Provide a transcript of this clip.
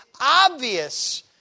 obvious